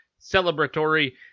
celebratory